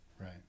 Right